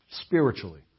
spiritually